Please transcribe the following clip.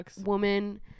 woman